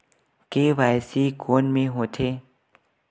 KYC कोन में होथे?